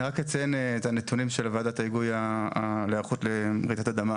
אני רק אציין את הנתונים של ועדת ההיגוי להיערכות לרעידת אדמה.